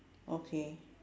okay